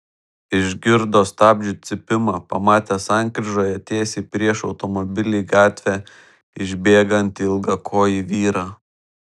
išgirdo stabdžių cypimą pamatė sankryžoje tiesiai prieš automobilį į gatvę išbėgantį ilgakojį vyrą